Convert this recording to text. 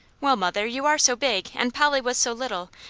well, mother, you are so big, and polly was so little,